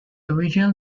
original